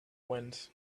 wind